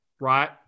Right